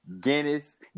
Guinness